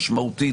משמעותית,